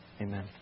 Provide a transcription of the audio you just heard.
Amen